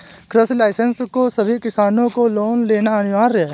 कृषि लाइसेंस को सभी किसान को लेना अनिवार्य है